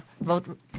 vote